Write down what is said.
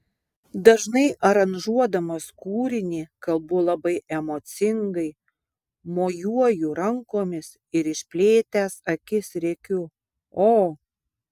dažnai aranžuodamas kūrinį kalbu labai emocingai mojuoju rankomis ir išplėtęs akis rėkiu o